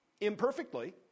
imperfectly